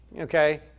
okay